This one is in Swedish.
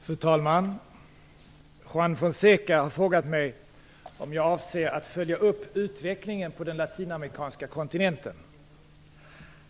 Fru talman! Juan Fonseca har frågat mig om jag avser att följa upp utvecklingen på den latinamerikanska kontinenten.